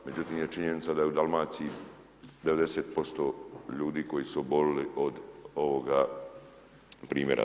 Međutim je činjenica da je u Dalmaciji 90% ljudi koji su obolili od ovoga primjera.